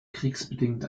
kriegsbedingt